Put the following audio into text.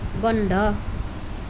বন্ধ